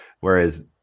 Whereas